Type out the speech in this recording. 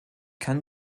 kann